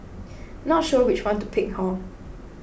not sure which one to pick hor